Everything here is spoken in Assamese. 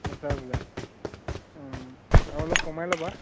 পঞ্চাজ হাজাৰ আৰু অলপ কমাই ল'বা